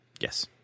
Yes